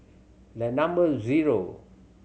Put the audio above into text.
the number zero